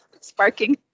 sparking